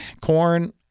Corn